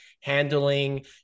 handling